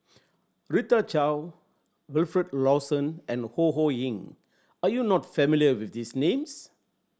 Rita Chao Wilfed Lawson and Ho Ho Ying are you not familiar with these names